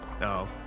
No